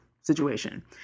situation